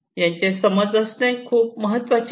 यांचे समज असणे खूप महत्त्वाचे आहे